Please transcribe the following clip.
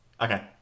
Okay